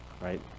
right